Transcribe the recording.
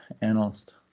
analyst